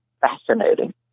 Fascinating